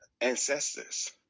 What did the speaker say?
ancestors